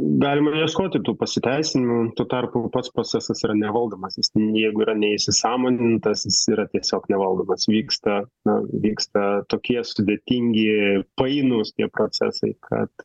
galima ieškoti tų pasiteisinimų tuo tarpu pats procesas yra nevaldomas jeigu yra neįsisąmonintas jis yra tiesiog nevaldomas vyksta na vyksta tokie sudėtingi painūs tie procesai kad